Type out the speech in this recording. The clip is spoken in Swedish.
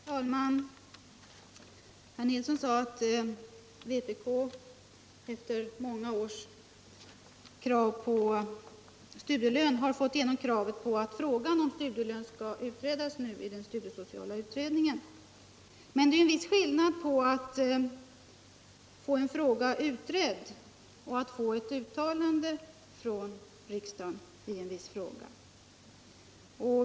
Herr talman! Herr Nilsson i Kristianstad sade att vpk efter många års krav på studielön nu har fått igenom önskemålet att frågan om studielön skall utredas i den studiesociala utredningen. Men det är ju en viss skillnad mellan att få en fråga utredd och att få ett uttalande från riksdagen i samma fråga.